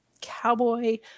cowboy